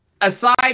aside